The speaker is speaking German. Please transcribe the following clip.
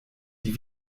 die